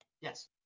Yes